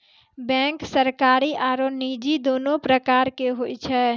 bank सरकारी आरो निजी दोनो प्रकार के होय छै